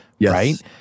right